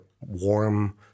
warm